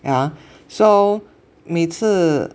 yeah so 每次